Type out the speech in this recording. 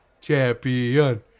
champion